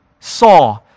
saw